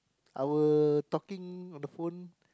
our talking on the phone